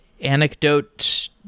anecdotes